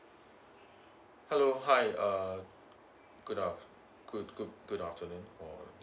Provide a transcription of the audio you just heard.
hello hi uh good af~ good good good afternoon or